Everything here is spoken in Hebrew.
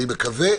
אני מקווה.